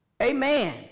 Amen